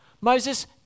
Moses